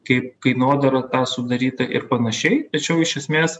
kaip kainodara sudaryta ir panašiai tačiau iš esmės